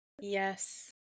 Yes